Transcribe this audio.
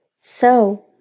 So